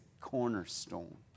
cornerstone